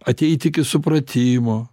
ateiti iki supratimo